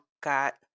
got